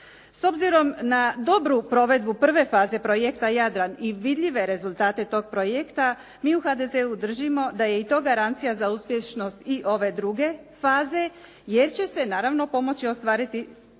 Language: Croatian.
S obzirom na dobru provedbu prve faze projekta "Jadran" i vidljive rezultate tog projekta, mi u HDZ-u držimo da je i to garancija za uspješnost i ove druge faze, jer će se naravno pomoći ostvariti